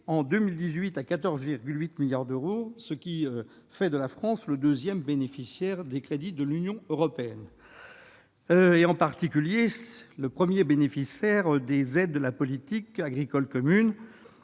en 2018 à 14,8 milliards d'euros, ce qui fait de la France le deuxième bénéficiaire des crédits de l'Union européenne et le premier bénéficiaire des aides de la politique agricole commune,